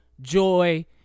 joy